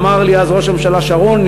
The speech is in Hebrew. ואמר לי אז ראש הממשלה שרון,